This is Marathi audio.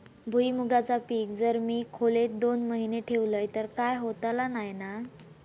भुईमूगाचा पीक जर मी खोलेत दोन महिने ठेवलंय तर काय होतला नाय ना?